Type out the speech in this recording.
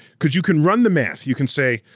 cause you can run the math, you can say,